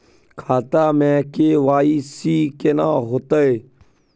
खाता में के.वाई.सी केना होतै?